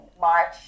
March